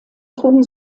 trugen